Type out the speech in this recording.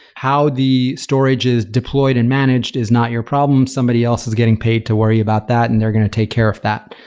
how the storage is deployed and managed is not your problem. somebody else is getting paid to worry about that and they're going to take care of that.